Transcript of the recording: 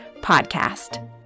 podcast